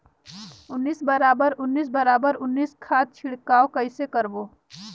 उन्नीस बराबर उन्नीस बराबर उन्नीस खाद छिड़काव कइसे करबो?